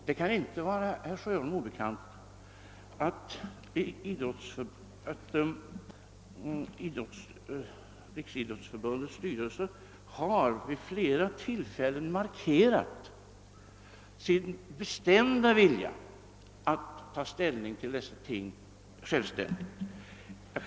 Det kan inte vara herr Sjöholm obekant att Riksidrottsförbundets styrelse vid flera tillfällen har markerat sin bestämda vilja att ta ställning till frågor av detta slag självständigt.